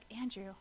Andrew